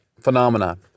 phenomena